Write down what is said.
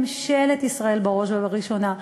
ממשלת ישראל בראש ובראשונה,